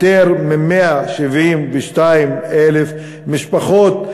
יותר מ-172,000 משפחות,